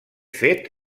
fet